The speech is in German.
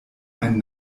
einen